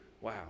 Wow